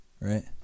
Right